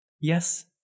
Yes